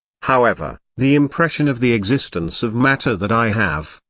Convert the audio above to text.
however, the impression of the existence of matter that i have,